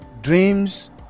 Dreams